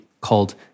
called